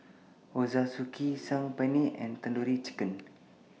Ochazuke Saag Paneer and Tandoori Chicken